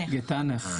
גטנך.